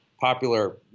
popular